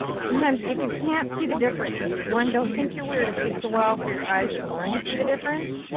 sometimes, if you can't see the difference, one, don't think you're weird. it takes a while for your eyes to learn to see the difference.